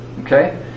Okay